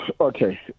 Okay